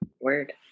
word